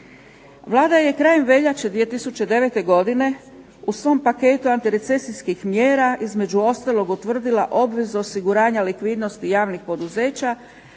Vlada je krajem veljače 2009. godine u svom paketu antirecesijskih mjera, između ostalog, utvrdila obvezu osiguranja likvidnosti javnih poduzeća,